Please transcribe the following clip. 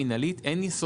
דווקא המילים "בשל